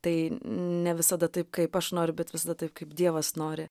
tai ne visada taip kaip aš noriu bet visada taip kaip dievas nori